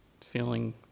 feeling